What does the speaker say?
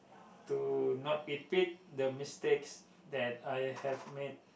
to not repeat the mistakes that I have made